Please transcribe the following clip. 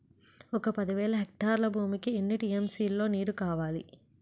ఒక పది వేల హెక్టార్ల భూమికి ఎన్ని టీ.ఎం.సీ లో నీరు కావాలి?